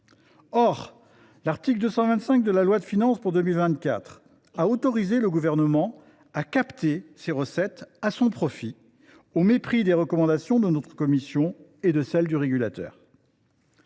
Or l’article 225 de la loi de finances pour 2024 a autorisé le Gouvernement à capter ses recettes à son profit, au mépris des recommandations de notre commission et de celles du régulateur.